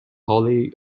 holy